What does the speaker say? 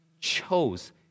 chose